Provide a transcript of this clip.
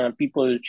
people